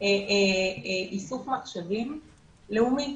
איסוף מחשבים לאומי.